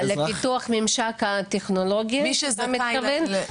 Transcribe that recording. לפיתוח ממשק התכנון אתה מתכוון?